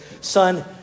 son